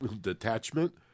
detachment